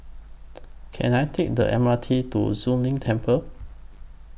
Can I Take The M R T to Zu Lin Temple